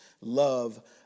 love